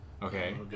Okay